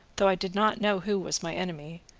though i did not know who was my enemy,